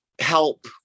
help